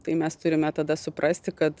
tai mes turime tada suprasti kad